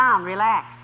Relax